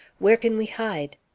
where can we hide?